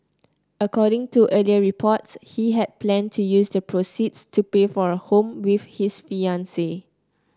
according to earlier reports he had planned to use the proceeds to pay for a home with his fiancee